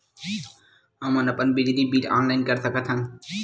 हमन अपन बिजली बिल ऑनलाइन कर सकत हन?